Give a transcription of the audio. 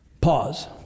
Pause